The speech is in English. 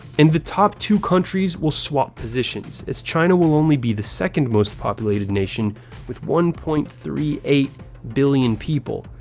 and the top two countries will swap positions, as china will only be the second-most populated nation with one point three eight billion people,